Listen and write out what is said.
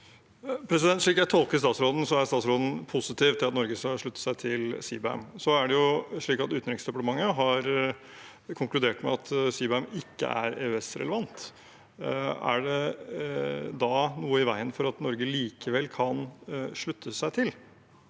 Slik jeg tolker stats- råden, er statsråden positiv til at Norge skal slutte seg til CBAM. Så er det jo slik at Utenriksdepartementet har konkludert med at CBAM ikke er EØS-relevant. Er det da noe i veien for at Norge likevel kan slutte seg til?